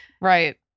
Right